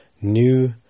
New